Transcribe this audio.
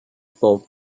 for